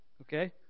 okay